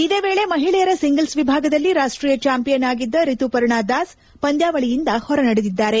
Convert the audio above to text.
ಇದೇ ವೇಳೆ ಮಹಿಳೆಯರ ಸಿಂಗಲ್ಲ್ ವಿಭಾಗದಲ್ಲಿ ರಾಷ್ಷೀಯ ಚಾಂಪಿಯನ್ ಆಗಿದ್ದ ರಿತುಪರ್ಣಾ ದಾಸ್ ಪಂದ್ಯಾವಳಿಯಿಂದ ಹೊರನಡೆದಿದ್ದಾರೆ